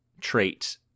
trait